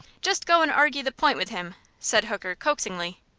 just go and argy the point with him, said hooker, coaxingly.